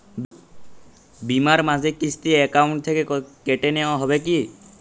বিমার মাসিক কিস্তি অ্যাকাউন্ট থেকে কেটে নেওয়া হবে কি?